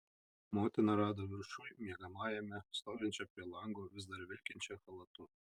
motiną rado viršuj miegamajame stovinčią prie lango vis dar vilkinčią chalatu